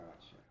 Gotcha